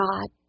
God